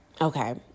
Okay